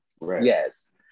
yes